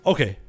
Okay